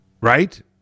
right